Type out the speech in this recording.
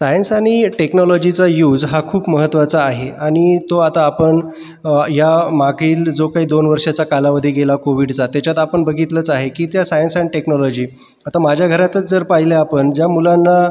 science आणि टेक्नॉलॉजीचा use हा खूप महत्त्वाचा आहे आणि तो आता आपण या मागील जो काही दोन वर्षाचा कालावधी गेला कोविडचा त्याच्यात आपण बघितलंच आहे की त्या सायन्स अँड टेक्नॉलॉजी आता माझ्या घरातच जर पाहिलं आपण ज्या मुलांना